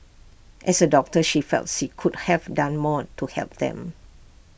as A doctor she felt she could have done more to help them